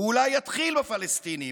הוא אולי יתחיל בפלסטינים,